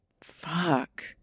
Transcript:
Fuck